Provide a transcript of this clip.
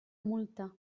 multa